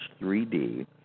3D